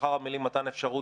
לאחר המילים: "מתן אפשרות",